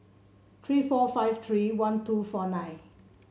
three four five three one two four nine